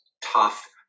tough